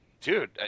dude